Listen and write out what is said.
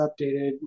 updated